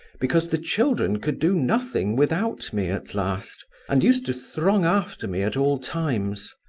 because the children could do nothing without me at last, and used to throng after me at all times.